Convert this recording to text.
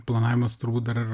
planavimas turbūt dar